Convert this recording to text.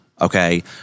Okay